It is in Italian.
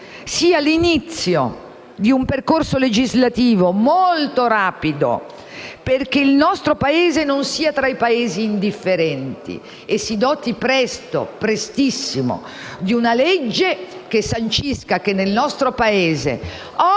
sia l'inizio di un percorso legislativo molto rapido, perché il nostro Paese non sia tra i Paesi indifferenti e si doti presto - prestissimo - di una legge che sancisca che nel nostro Paese ogni